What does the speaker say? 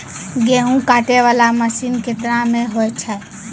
गेहूँ काटै वाला मसीन केतना मे होय छै?